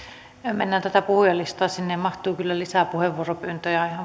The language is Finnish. mennään tätä puhujalistaa sinne mahtuu kyllä lisää puheenvuoropyyntöjä